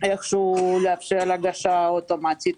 לאפשר הגשה אוטומטית.